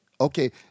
Okay